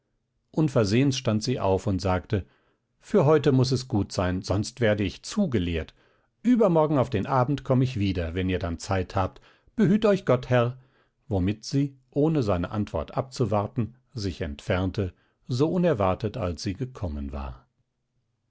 unversehens stand sie auf und sagte für heute muß es gut sein sonst werde ich zu gelehrt übermorgen auf den abend komm ich wieder wenn ihr dann zeit habt behüt euch gott herr womit sie ohne seine antwort abzuwarten sich entfernte so unerwartet als sie gekommen war